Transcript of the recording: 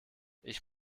ich